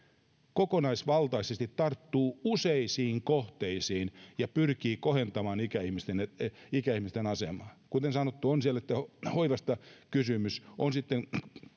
kokonaisvaltaisesti tarttuu useisiin kohteisiin ja pyrkii kohentamaan ikäihmisten asemaa kuten sanottu on sitten hoivasta kysymys on sitten